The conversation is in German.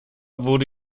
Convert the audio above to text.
wurde